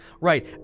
right